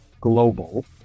Global